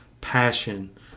passion